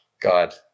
God